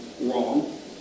wrong